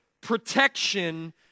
protection